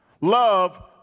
Love